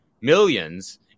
millions